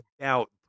doubt